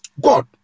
God